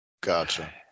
Gotcha